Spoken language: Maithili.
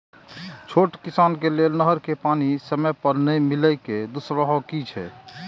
छोट किसान के लेल नहर के पानी समय पर नै मिले के दुष्प्रभाव कि छै?